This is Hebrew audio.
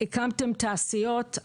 הקמתם תעשיות,